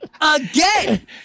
again